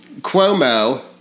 Cuomo